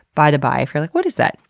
by the by if you're like, what is that?